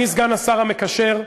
אני סגן השר המקשר,